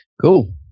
Cool